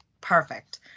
perfect